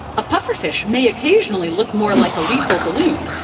a pufferfish may occasionally look more like a lethal balloon,